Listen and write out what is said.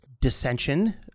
dissension